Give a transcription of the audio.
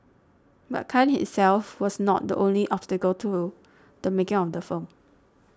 but Khan hit self was not the only obstacle to the making of the film